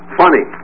funny